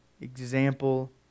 example